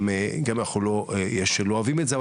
גם אם יש שלא אוהבים את זה,